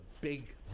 big